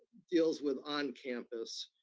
deals with on-campus,